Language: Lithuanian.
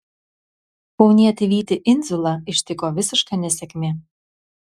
kaunietį vytį indziulą ištiko visiška nesėkmė